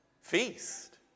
Feast